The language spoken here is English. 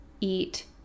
eat